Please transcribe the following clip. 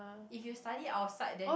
if you study outside then